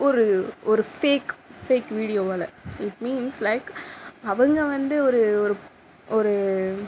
ஒரு ஒரு fake fake வீடியோவால் இட் மீன்ஸ் லைக் அவங்க வந்து ஒரு ஒரு